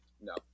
No